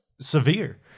severe